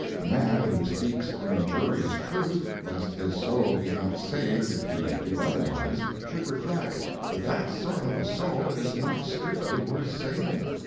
the man who speaks an injurious truth, lest his soul be not saved if he do otherwise, should reflect that that sort of a soul is not strictly worth saving.